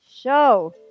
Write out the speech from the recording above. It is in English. show